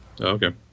Okay